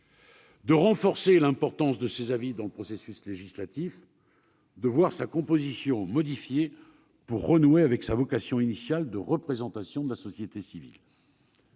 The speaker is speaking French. de renforcer l'importance de ses avis dans le processus législatif et de voir sa composition modifiée pour renouer avec sa vocation initiale de représentation de la société civile.